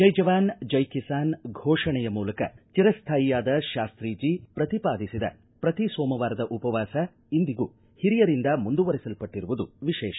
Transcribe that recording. ಜೈ ಜವಾನ್ ಜೈ ಕಿಸಾನ್ ಘೋಷಣೆಯ ಮೂಲಕ ಚಿರಸ್ಥಾಯಿಯಾದ ಶಾಸ್ತೀಜಿ ಪ್ರತಿಪಾದಿಸಿದ ಪ್ರತಿ ಸೋಮವಾರದ ಉಪವಾಸ ಇಂದಿಗೂ ಹಿರಿಯರಿಂದ ಮುಂದುವರೆಸಲ್ಪಟ್ಟಿರುವುದು ವಿಶೇಷ